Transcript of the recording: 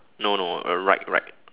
no no uh right right